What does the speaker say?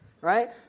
Right